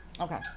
okay